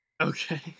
Okay